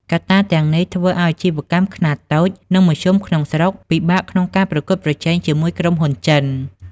កត្តាទាំងនេះធ្វើឲ្យអាជីវកម្មខ្នាតតូច និងមធ្យមក្នុងស្រុក ពិបាកក្នុងការប្រកួតប្រជែងជាមួយក្រុមហ៊ុនចិន។